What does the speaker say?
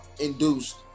induced